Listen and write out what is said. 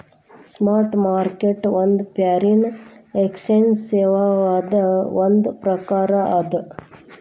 spot market ಒಂದ್ foreign exchange ಸೇವಾದ್ ಒಂದ್ ಪ್ರಕಾರ ಅದ